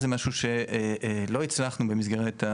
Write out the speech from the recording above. זה משהו שלא הצלחנו במסגרת,